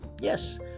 Yes